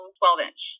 12-inch